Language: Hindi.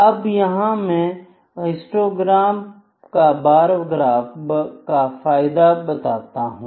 अब यहां में हिस्टोग्राम का बार ग्राफ पर फायदे की बात करूंगा